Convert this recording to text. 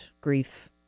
grief